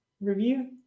Review